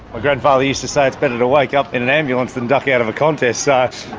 my grandfather used to say it's better to wake up in an ambulance than duck out of a contest, so